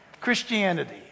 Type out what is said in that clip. Christianity